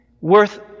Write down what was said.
Worth